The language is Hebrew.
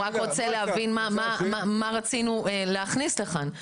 הוא רוצה להבין מה רצינו להכניס לכאן.